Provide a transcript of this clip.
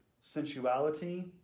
sensuality